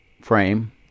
frame